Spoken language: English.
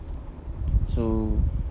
so